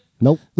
Nope